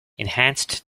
enhanced